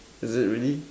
is it really